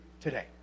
today